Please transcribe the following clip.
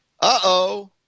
Uh-oh